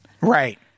Right